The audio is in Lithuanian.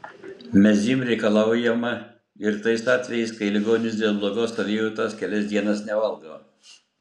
mezym reikalaujama ir tais atvejais kai ligonis dėl blogos savijautos kelias dienas nevalgo